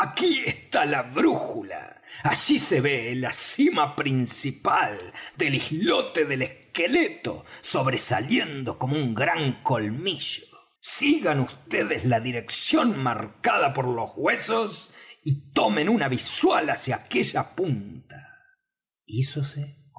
aquí está la brújula allí se ve la cima principal del islote del esqueleto sobresaliendo como un gran colmillo sigan vds la dirección marcada por los huesos y tomen una visual hacia aquella punta hízose como lo